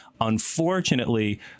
Unfortunately